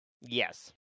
Yes